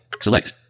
select